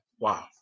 Wow